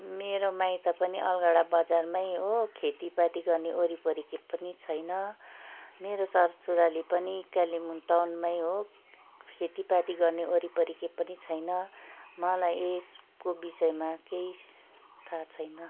मेरो माइत पनि अलगडा बजारमा हो खेतीपाती गर्ने वरिपरि केही पनि छैन मेरो ससुराली पनि कालिम्पोङ टाउनमा हो खेतीपाती गर्ने वरिपरि केही पनि छैन मलाई यसको विषयमा केही थाहा छैन